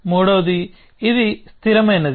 మూడవది ఇది స్థిరమైనది